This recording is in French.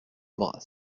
bras